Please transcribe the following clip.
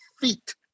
feet